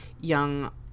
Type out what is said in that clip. young